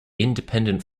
independent